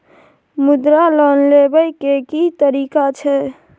मुद्रा लोन लेबै के की तरीका छै?